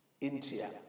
India